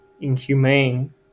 inhumane